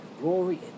glory